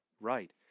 Right